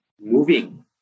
moving